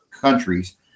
countries